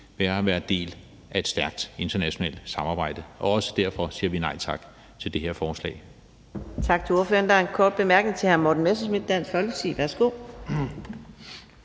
ved at være en del af et stærkt internationalt samarbejde. Også derfor siger vi nej tak til det her forslag.